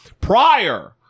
prior